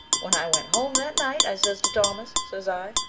when i went home that night i says to thomas, says i,